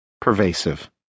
pervasive